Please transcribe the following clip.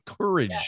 courage